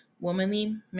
womanly